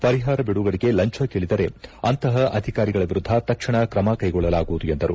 ಪರಿಹಾರ ಬಿಡುಗಡೆಗೆ ಲಂಚ ಕೇಳಿದರೆ ಅಂತಹ ಅಧಿಕಾರಿಗಳ ವಿರುದ್ದ ತಕ್ಷಣ ಕ್ರಮ ಕೈಗೊಳ್ಳಲಾಗುವುದು ಎಂದರು